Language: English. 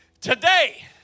Today